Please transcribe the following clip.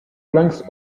planks